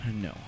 No